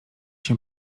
się